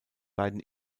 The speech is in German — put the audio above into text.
beiden